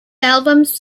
albums